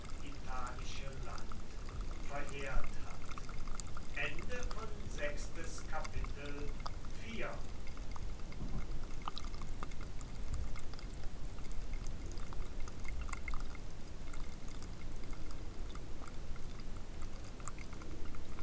italische land verheert hat